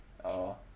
oh